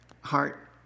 heart